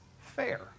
fair